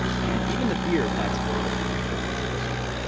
and even the beard adds a little bit of texture into this one.